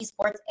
esports